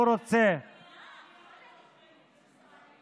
הוא רוצה לחזור לממשלה ולהמשיך עם כל הדברים האלה שהוא